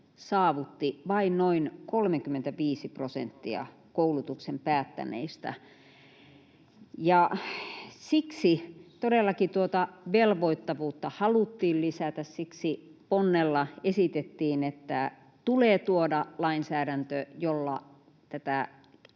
saavutti vain noin 35 prosenttia koulutuksen päättäneistä. Siksi todellakin tuota velvoittavuutta haluttiin lisätä, ja siksi ponnella esitettiin, että tulee tuoda lainsäädäntö, jolla